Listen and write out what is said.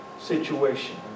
situation